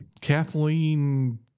Kathleen